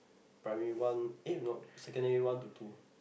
primary one eh no Secondary one to two